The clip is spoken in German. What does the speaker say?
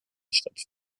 statt